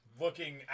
looking